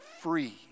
free